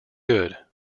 good